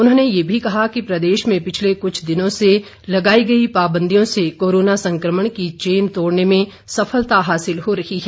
उन्होंने ये भी कहा कि प्रदेश में पिछले कुछ दिनों से लगाई गई पाबंदियों से कोरोना संक्रमण की चेन तोड़ने में सफलता हासिल हो रही है